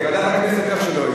לפיכך אני